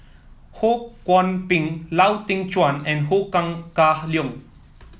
Ho Kwon Ping Lau Teng Chuan and Ho Kah Leong